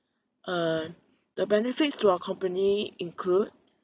uh the benefits to our company include